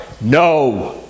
No